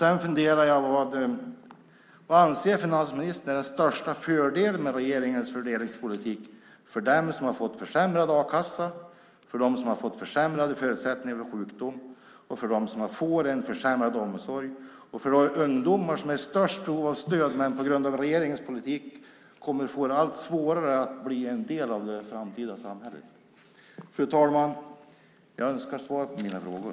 Vad anser finansministern är den största fördelen med regeringens fördelningspolitik för dem som fått försämrad a-kassa, för dem som fått försämrade förutsättningar vid sjukdom, för dem som får en försämrad omsorg samt för de ungdomar som är i störst behov av stöd men som på grund av regeringens politik kommer att få det allt svårare att bli en del av det framtida samhället? Fru talman! Jag önskar svar på mina frågor.